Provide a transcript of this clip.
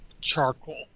charcoal